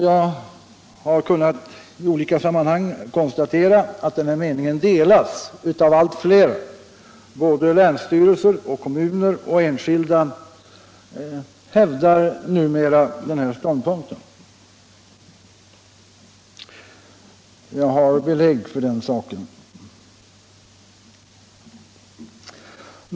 Jag har kunnat i olika sammanhang konstatera att denna mening delas av allt fler. Både länsstyrelser, kommuner och enskilda hävdar nu 193 mera den här ståndpunkten. Jag har belägg för den saken.